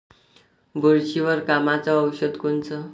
बुरशीवर कामाचं औषध कोनचं?